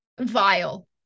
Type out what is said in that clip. vile